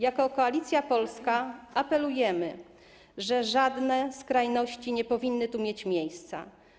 Jako Koalicja Polska apelujemy i uważamy, że żadne skrajności nie powinny tu mieć miejsca.